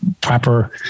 proper